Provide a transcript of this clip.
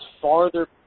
farther